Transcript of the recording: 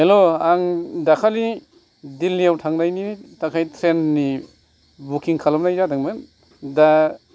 हेल' आं दाखालि दिल्लीयाव थांनायनि थाखाय ट्रैननि बुखिं खालामनाय जादोंमोन दा